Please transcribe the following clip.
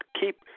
keep